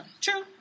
True